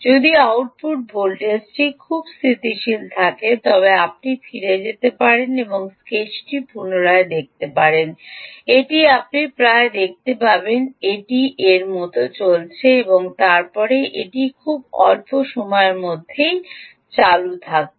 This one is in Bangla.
যদি আউটপুট ভোল্টেজটি খুব স্থিতিশীল থাকে তবে আপনি ফিরে যেতে পারেন এবং স্কেচটি পুনরায় দেখতে পারেন এটি আপনি প্রায় দেখতে পাবেন এটি এটি এর মতো চলছে এবং তারপরে এটি খুব অল্প সময়েই চালু থাকবে